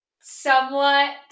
somewhat